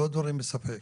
לא דברים בספק.